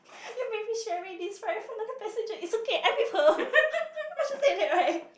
you made me share this ride with another passenger it's okay I'm with her I should say that right